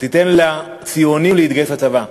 ותן לציונים להתגייס לצבא.